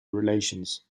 relations